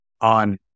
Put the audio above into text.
on